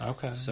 Okay